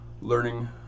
learning